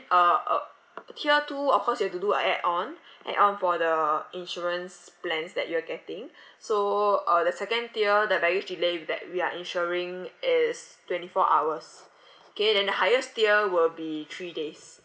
uh uh tier two of course you have to do a add on add on for the insurance plans that you are getting so uh the second tier the baggage delay we that we are insuring is twenty four hours K then the highest tier will be three days